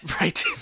Right